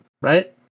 right